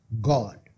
God